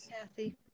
Kathy